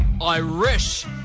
Irish